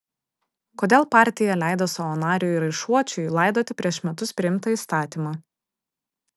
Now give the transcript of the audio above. kodėl partija leido savo nariui raišuočiui laidoti prieš metus priimtą įstatymą